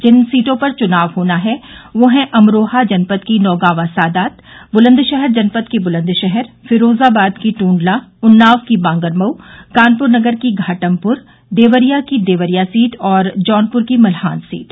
जिन सीटों पर चुनाव होना है वे है अमरोहा जनपद की नौगांवा सादात बुलन्दशहर जनपद की बुलन्दशहर फिरोजाबाद की टूंडला उन्नाव की बांगरमऊ कानपुर नगर की घाटमपुर देवरिया की देवरिया सीट और जौनपुर की मलहन सीट